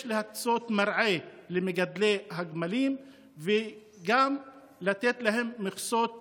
יש להקצות מרעה למגדלי הגמלים וגם לתת להם מכסות מים.